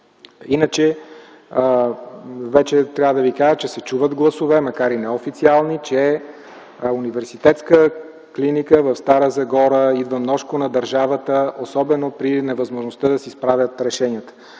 Иначе вече трябва да ви кажа, че вече се чуват гласове, макар и неофициално, че Университетска клиника в Стара Загора идва множко на държавата, особено при невъзможността да си справят решенията.